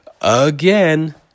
Again